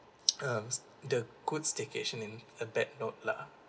um the good staycation in a bad note lah